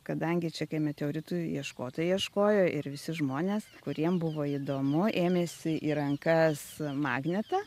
kadangi čia kai meteoritų ieškotojai ieškojo ir visi žmonės kuriem buvo įdomu ėmėsi į rankas magnetą